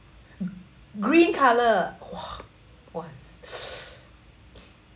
green colour !wah! once